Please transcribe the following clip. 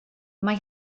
mae